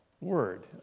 word